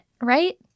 right